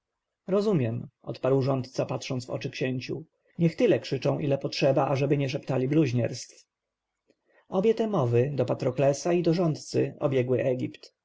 rozumiem odparł rządca patrząc w oczy księciu niech tyle krzyczą ile potrzeba ażeby nie szeptali bluźnierstw obie te mowy do patroklesa i rządcy obiegły